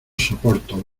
soporto